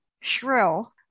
shrill